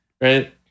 right